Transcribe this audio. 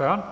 Andersen (SF):